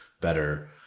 better